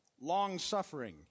long-suffering